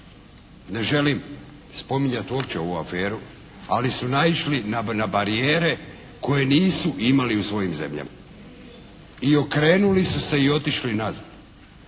Ne želim spominjati uopće ovu aferu ali su naišli na barijere koje nisu imali u svojim zemljama. I okrenuli su se i otišli nazad.